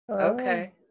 okay